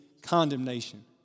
condemnation